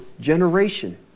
generation